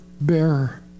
bearer